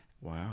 Wow